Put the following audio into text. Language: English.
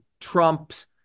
Trumps